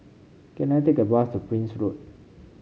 can I take a bus to Prince Road